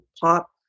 pop